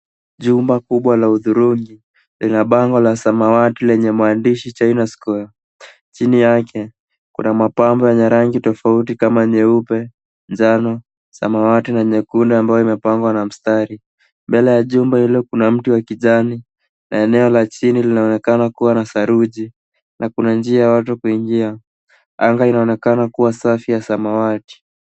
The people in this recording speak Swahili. Jumba kubwa la hudhurungi lina bango la samawati lenye maandishi China Square. Chini yake kuna mapambo yenye rangi tofauti kama nyeupe, njano, samawati na nyekundu ambayo imepangwa na mstari. Mbele ya jumba hilo kuna mti wa kijani na eneo la chini linaonekana kuwa na saruji na kuna njia ya watu kuingia. Anga inaonekana kuwa safi ya samawati.